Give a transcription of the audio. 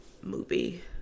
movie